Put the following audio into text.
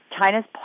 China's